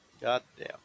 Goddamn